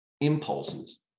impulses